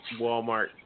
Walmart